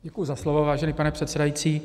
Děkuji za slovo, vážený pane předsedající.